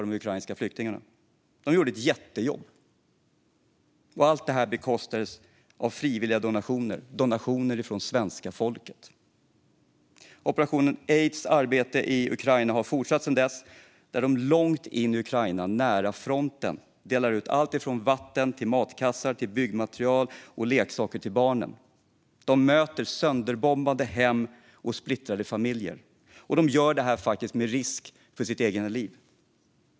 De gjorde ett jättejobb, och allt detta bekostades av frivilliga donationer - donationer från svenska folket. Operation Aids arbete i Ukraina har fortsatt sedan dess. Långt inne i Ukraina, nära fronten, delar de ut alltifrån vatten till matkassar och byggmaterial och leksaker till barnen. De möter sönderbombade hem och splittrade familjer, och de gör det med risk för sina egna liv.